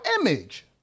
image